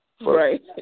Right